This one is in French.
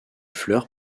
fleurs